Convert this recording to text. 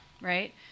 right